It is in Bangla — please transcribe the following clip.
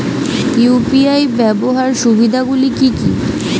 ইউ.পি.আই ব্যাবহার সুবিধাগুলি কি কি?